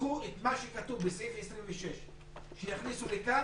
שייקחו את מה שכתוב בסעיף 26, שיכניסו לכאן,